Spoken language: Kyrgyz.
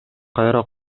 кайра